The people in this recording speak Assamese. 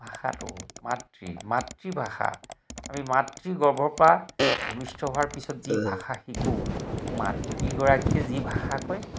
ভাষাটো মাতৃ মাতৃভাষা আমি মাতৃগৰ্ভৰ পৰা ভূমিষ্ঠ হোৱাৰ পিছত যি ভাষা শিকোঁ মাতৃগৰাকীয়ে যি ভাষা কয়